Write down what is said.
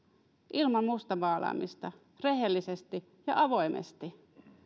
ilman mustamaalaamista rehellisesti ja avoimesti